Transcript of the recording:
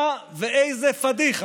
ואיזו פדיחה.